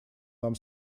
нам